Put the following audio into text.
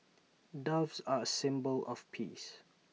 doves are A symbol of peace